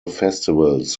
festivals